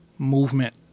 Movement